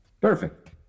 Perfect